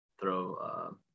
throw